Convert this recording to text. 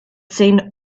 seen